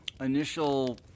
initial